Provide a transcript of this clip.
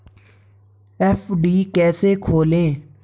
FD कैसे खोलें?